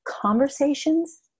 conversations